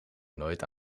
nooit